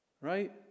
Right